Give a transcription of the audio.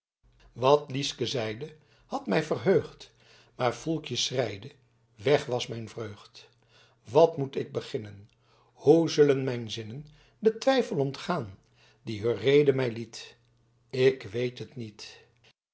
wat liesken zeide had mij verheugd maar foelkjen schreide weg was mijn vreugd wat moet ik beginnen hoe zullen mijn zinnen den twijfel ontgaan dien heur rede mij liet ik weet het niet